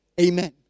Amen